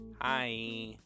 Hi